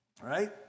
Right